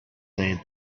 they